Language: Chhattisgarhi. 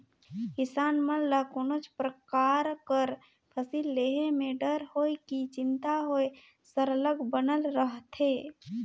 किसान मन ल कोनोच परकार कर फसिल लेहे में डर होए कि चिंता होए सरलग बनले रहथे